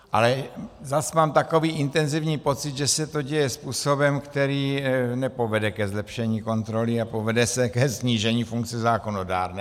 Ale zase mám takový intenzivní pocit, že se to děje způsobem, který nepovede ke zlepšení kontroly a povede ke snížení funkce zákonodárné.